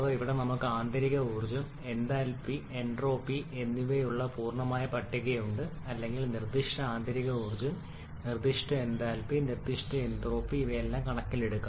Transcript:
ഇവിടെ നമുക്ക് ആന്തരിക energy ർജ്ജം എന്തൽപി എൻട്രോപ്പി എന്നിവയുള്ള ഒരു പൂർണ്ണമായ പട്ടികയുണ്ട് അല്ലെങ്കിൽ നിർദ്ദിഷ്ട ആന്തരിക energy ർജ്ജം നിർദ്ദിഷ്ട എന്തൽപി നിർദ്ദിഷ്ട എൻട്രോപ്പി എന്നിവയെല്ലാം കണക്കിലെടുക്കുന്നു